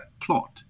plot